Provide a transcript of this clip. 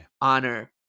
honor